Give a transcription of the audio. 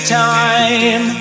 time